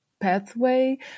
pathway